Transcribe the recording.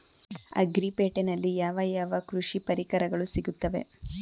Agri ಪೇಟೆನಲ್ಲಿ ಯಾವ ಯಾವ ಕೃಷಿ ಪರಿಕರಗಳು ಸಿಗುತ್ತವೆ?